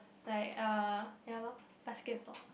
like uh ya lor basketball